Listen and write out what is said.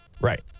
Right